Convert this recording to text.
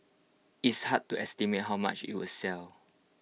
it's hard to estimate how much IT will sell